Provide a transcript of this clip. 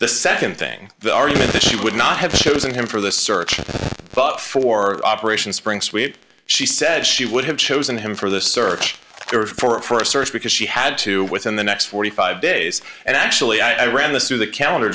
the nd thing the argument that she would not have chosen him for the search for operation spring sweep she said she would have chosen him for the search for a search because she had to within the next forty five days and actually i ran this through the c